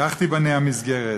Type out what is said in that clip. כך תיבנה המסגרת,